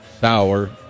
sour